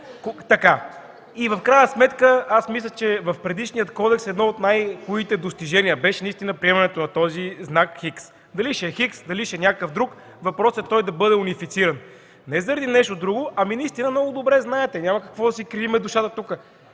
реплики.) В крайна сметка аз мисля, че в предишния кодекс едно от най-хубавите достижения беше наистина приемането на този знак „Х”. Дали ще е „Х”, дали ще е някакъв друг, въпросът е той да бъде унифициран и не заради нещо друго, но наистина много добре знаете, няма какво да си кривим душата тук